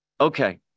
Okay